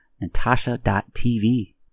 natasha.tv